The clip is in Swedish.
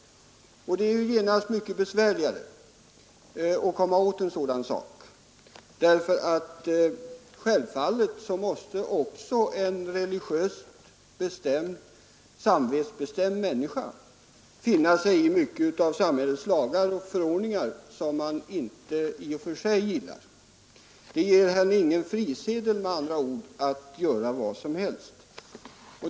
Det är ju genast mycket besvärligare att komma åt en sådan företeelse, eftersom även en religiöst samvetsbestämd människa självfallet måste finna sig i samhällets lagar och förordningar, även sådana som hon i och för sig inte gillar. Det ger henne med andra ord ingen frisedel att göra vad som helst.